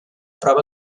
prova